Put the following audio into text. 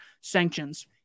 sanctions